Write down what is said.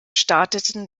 starteten